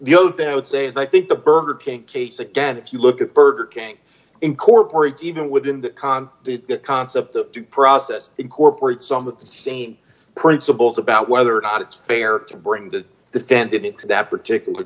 the other thing i would say is i think the burger king case again if you look at burger king incorporated even within the con concept the process incorporates some of the same principles about whether or not it's fair to bring the defendant to that particular